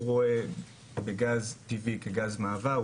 הוא רואה בגז טבעי כגז מעבר,